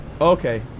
Okay